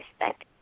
Respect